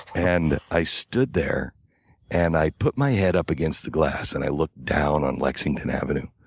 and i stood there and i put my head up against the glass, and i looked down on lexington avenue.